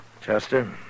Chester